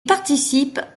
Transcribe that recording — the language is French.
participe